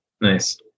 Nice